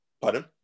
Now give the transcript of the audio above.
Pardon